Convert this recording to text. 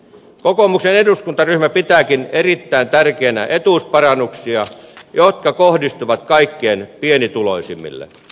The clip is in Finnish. kokoomuksen eduskuntaryhmä pitääkin erittäin tärkeinä etuusparannuksia jotka kohdistuvat kaikkein pienituloisimmille